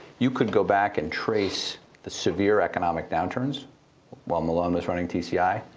you could go back and trace the severe economic downturns while malone was running tci.